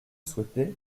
souhaitez